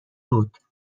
بود